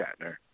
Shatner